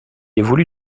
évolue